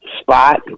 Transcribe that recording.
spot